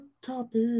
topic